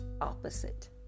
opposite